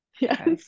Yes